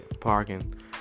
Parking